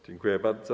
Dziękuję bardzo.